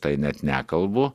tai net nekalbu